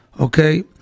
Okay